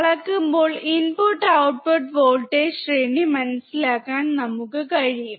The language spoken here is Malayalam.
അളക്കുമ്പോൾ ഇൻപുട്ട് ഔട്ട്പുട്ട് വോൾട്ടേജ് ശ്രേണി മനസ്സിലാക്കാൻ നമുക്ക് കഴിയും